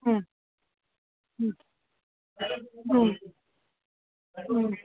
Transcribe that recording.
ಹಾಂ ಹ್ಞೂ ಹ್ಞೂ ಹ್ಞೂ